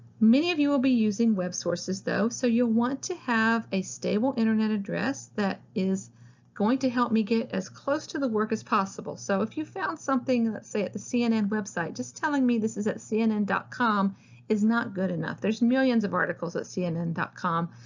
many of you will be using web sources, though, so you'll want to have a stable internet address that is going to help me get as close to the work as possible. so if you found something, say, at the cnn website just telling me this is at cnn dot com is not good enough. there's millions of articles at cnn com!